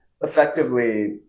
effectively